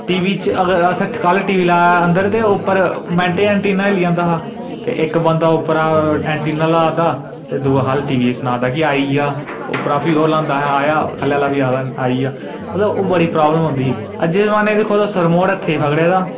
T V च अगर असें कल टी वी लाएआ अंदर ते उप्पर एंटिना हिल्ली जंदा हा इक बंदा उप्परा एंटिना ल्हांदा ते दूआ ख'ल्ल सनांदा होंदा कि आई गेआ उप्परा ओह् ल्हांदा हा आया ख'ल्ला दा फ्ही सनांदा आई गेआ ओह् बड़ी प्राबल्म होंदी ही अज्जै दे जमाने च दिक्खो ते रिमोट हत्थै च फकड़े दा